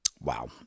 Wow